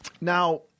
Now